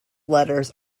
letters